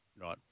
right